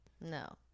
no